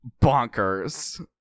bonkers